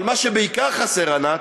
אבל מה שבעיקר חסר, ענת,